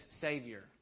Savior